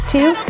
Two